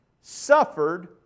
suffered